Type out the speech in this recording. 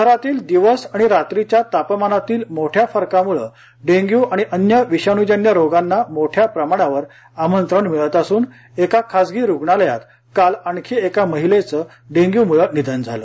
शहरातील दिवस आणि रात्रीच्या तापमानातील मोठ्या फरकामुळं डेंग्यू आणि अन्य विषाणूजन्य रोगांना मोठ्या प्रमाणावर आमंत्रण मिळत असून एका खासगी रुग्णालयात काल आणखी एका महिलेचं डेंग्युमुळं निधन झालं